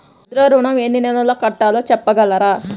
ముద్ర ఋణం ఎన్ని నెలల్లో కట్టలో చెప్పగలరా?